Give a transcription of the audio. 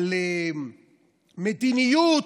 על מדיניות,